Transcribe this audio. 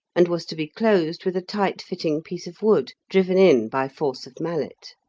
and was to be closed with a tight-fitting piece of wood driven in by force of mallet.